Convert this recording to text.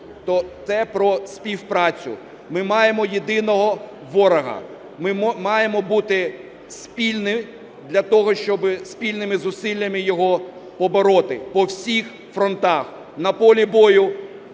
те, про співпрацю. Ми маємо єдиного ворога. Ми маємо бути спільні для того, щоб спільними зусиллями його побороти по всіх фронтах: на полі бою,